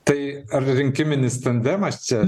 tai ar rinkiminis tandemas čia